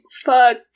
fuck